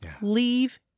leave